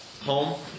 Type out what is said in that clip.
home